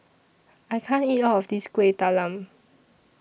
I can't eat All of This Kueh Talam